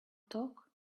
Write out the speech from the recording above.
talk